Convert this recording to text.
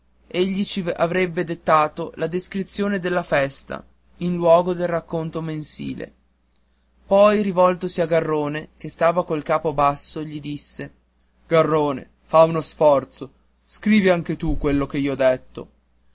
lunedì egli ci avrebbe dettato la descrizione della festa in luogo del racconto mensile poi rivoltosi a garrone che stava col capo basso gli disse garrone fa uno sforzo e scrivi anche tu quello che io detto